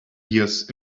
years